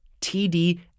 TD